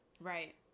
Right